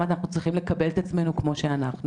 אנחנו צריכים לקבל את עצמנו כמו שאנחנו.